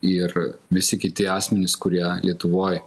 ir visi kiti asmenys kurie lietuvoj